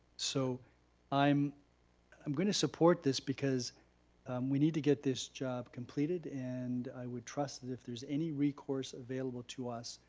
so i'm i'm gonna support this because we need to get this job completed and i would trust that if there's any recourse available to us,